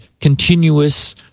continuous